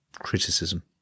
criticism